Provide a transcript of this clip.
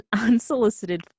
Unsolicited